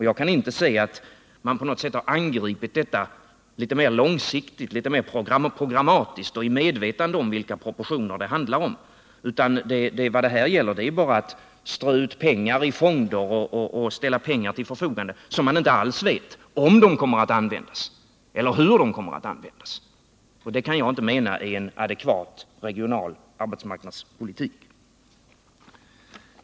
Jag kan inte se att man på något sätt angripit detta problem litet mer långsiktigt och programmatiskt och i medvetande om vilka proportioner det handlar om. Vad det är fråga om är bara att strö ut pengar i fonder och ställa pengar till förfogande som man inte alls vet om de kommer att användas eller hur de kommer att användas. Det kan jag inte mena är en adekvat regional arbetsmarknadspolitik.